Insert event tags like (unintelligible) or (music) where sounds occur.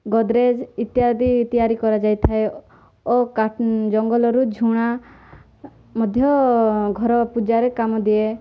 ଗଡ଼୍ରେଜ୍ ଇତ୍ୟାଦି ତିଆରି କରାଯାଇଥାଏ ଓ (unintelligible) ଜଙ୍ଗଲରୁ ଝୁଣା ମଧ୍ୟ ଘର ପୂଜାରେ କାମ ଦିଏ